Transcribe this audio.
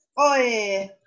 Oi